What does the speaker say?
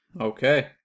okay